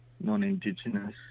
non-indigenous